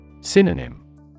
Synonym